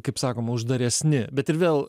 kaip sakoma uždaresni bet ir vėl